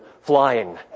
flying